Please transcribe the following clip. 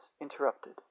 interrupted